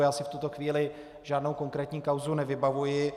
Já si v tuto chvíli žádnou konkrétní kauzu nevybavuji.